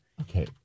Okay